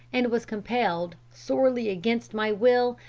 and was compelled, sorely against my will,